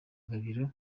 gabiro